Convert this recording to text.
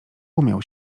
umiał